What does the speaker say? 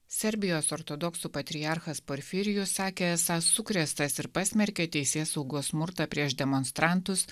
serbijos ortodoksų patriarchas porfirijus sakė esą sukrėstas ir pasmerkė teisėsaugos smurtą prieš demonstrantus